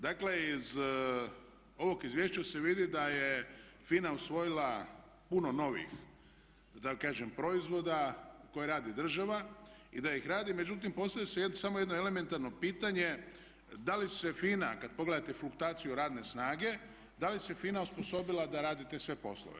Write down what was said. Dakle, iz ovog izvješća se vidi da je FINA usvojila puno novih da tako kažem proizvoda koje radi država i da ih radi, međutim postavlja se samo jedno elementarno pitanje da li se FINA kad pogledate fluktuaciju radne snage da li se FINA osposobila da radi te sve poslove?